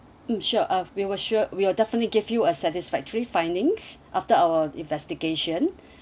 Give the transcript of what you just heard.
mm sure uh we will sure we will definitely give you a satisfactory findings after our investigation